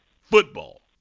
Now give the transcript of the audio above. football